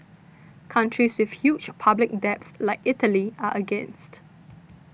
countries with huge public debts like Italy are against